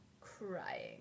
crying